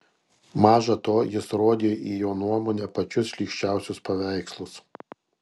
maža to jis rodė į jo nuomone pačius šlykščiausius paveikslus